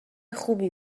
خوبی